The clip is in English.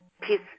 peace